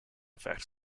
effect